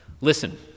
Listen